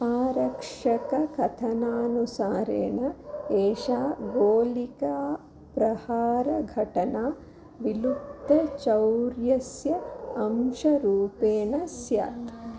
आरक्षककथनानुसारेण एषा गोलिकाप्रहारघटना विलुप्तचौर्यस्य अंशरूपेण स्यात्